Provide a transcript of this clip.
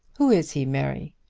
who is he, mary?